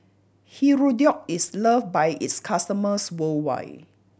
Hirudoid is loved by its customers worldwide